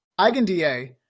EigenDA